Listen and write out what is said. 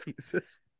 Jesus